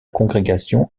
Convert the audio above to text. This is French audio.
congrégation